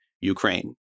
Ukraine